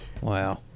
Wow